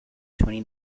twenty